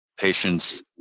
patients